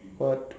what